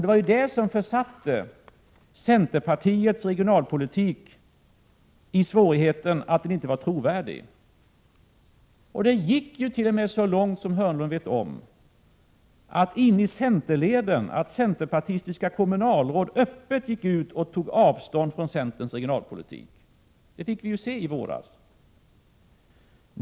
Det var det som försatte centerpartiets regionalpolitik i svårigheten att inte vara trovärdig. Det gick t.o.m. så långt, som Börje Hörnlund vet, att centerpartistiska kommunalråd öppet gick ut och tog avstånd från centerns regionalpolitik. Det fick vi se i våras.